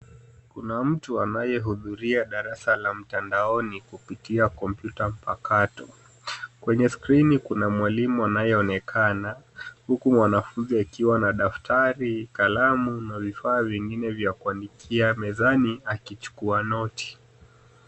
Kuna mtu anayehudhuria darasa la mtandaoni kupitia kompyuta mpakato. Kwenye skrini kuna mwalimu anayeonekana huku mwanafunzi akiwa na daftari, kalamu na vifaa vingine vya kuandikia mezani akichukua noti.